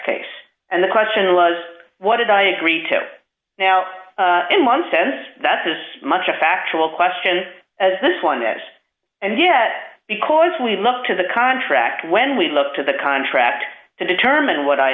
case and the question was what did i agree to now in one sense that's as much a factual question as this one this and yet because we look to the contract when we look to the contract to determine what i